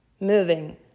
moving